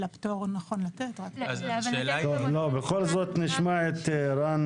אלא פטור נכון לתת רק --- בכל זאת נשמע את רן